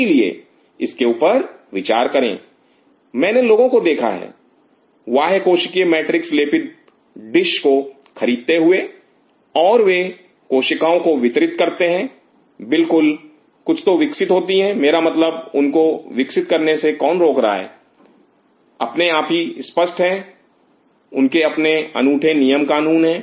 इसलिए इसके ऊपर विचार करें मैंने लोगों को देखा है बाह्य कोशिकीय मैट्रिक्स लेपित डिश को खरीदते हुए और वे कोशिकाओं को वितरित करते हैं बिल्कुल कुछ तो विकसित होता है मेरा मतलब उनको विकसित करने से कौन रोक रहा है अपने आप ही स्पष्ट है उनके अपने अनूठे नियम कानून है